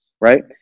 right